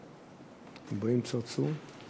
את הנושא לוועדת הפנים והגנת הסביבה נתקבלה.